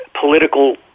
political